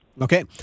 Okay